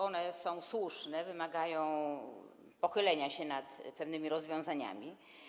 One są słuszne, wymagają pochylenia się nad pewnymi rozwiązaniami.